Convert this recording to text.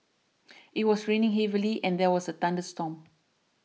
it was raining heavily and there was a thunderstorm